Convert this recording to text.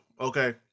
okay